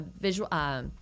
visual